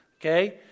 Okay